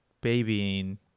babying